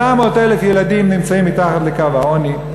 800,000 ילדים נמצאים מתחת לקו העוני,